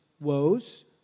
woes